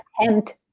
attempt